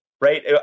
right